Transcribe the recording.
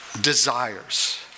desires